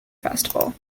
festival